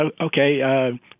okay